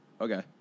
Okay